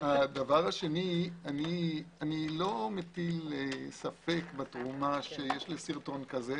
אני לא מטיל ספק שיש סרטון כזה,